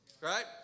Right